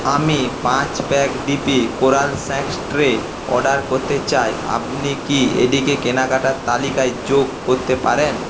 আমি পাঁচ pack DP coral snack tray order করতে চাই আপনি কি এটিকে কেনাকাটার তালিকায় যোগ করতে পারেন